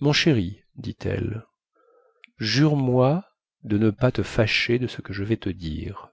mon chéri dit-elle jure-moi de ne pas te fâcher de ce que je vais te dire